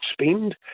spend